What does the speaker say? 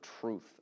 truth